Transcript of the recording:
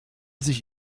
sich